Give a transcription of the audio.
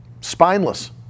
Spineless